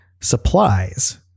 supplies